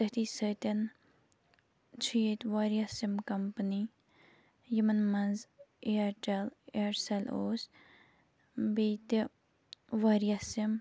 تٔتھی سۭتۍ چھِ ییٚتہِ واریاہ سِم کَمپٔنی یِمَن منٛز اِیَٹٮ۪ل اِیرسٮ۪ل اوس بیٚیہِ تہِ واریاہ سِم